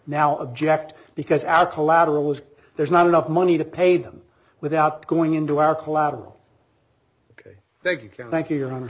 now object because our collateral is there's not enough money to pay them without going into our collateral ok thank you can thank you your